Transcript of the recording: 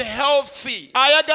healthy